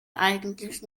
eigentlich